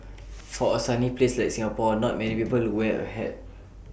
for A sunny place like Singapore not many people wear A hat